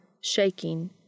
shaking